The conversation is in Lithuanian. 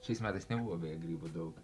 šiais metais nebuvo beje grybų daug